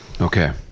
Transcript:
Okay